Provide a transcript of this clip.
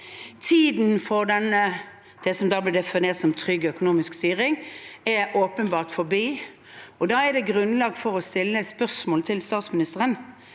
Tiden for det som ble definert som trygg økonomisk styring, er åpenbart forbi. Da er det grunnlag for å stille spørsmål til statsministeren: